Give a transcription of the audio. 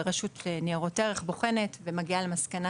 ורשות ניירות ערך בוחנת ומגיעה למסקנה